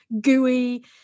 gooey